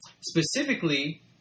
Specifically